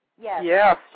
Yes